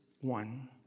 one